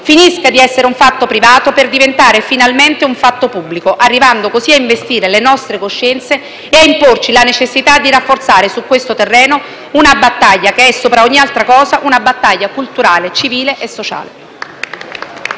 finisca di essere un fatto privato per diventare finalmente un fatto pubblico, arrivando così ad investire le nostre coscienze e a imporci la necessità di rafforzare su questo terreno una battaglia che è, sopra ogni altra cosa, una battaglia culturale, civile e sociale.